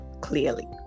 clearly